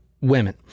women